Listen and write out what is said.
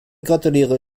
gratuliere